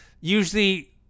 usually